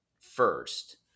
first